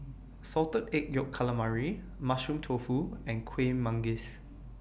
Salted Egg Yolk Calamari Mushroom Tofu and Kueh Manggis